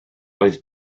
doedd